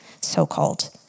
so-called